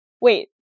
wait